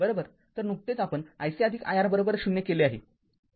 तरनुकतेच आपण iC iR ० केले आहे